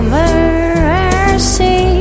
mercy